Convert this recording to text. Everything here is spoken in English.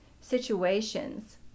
situations